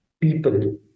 people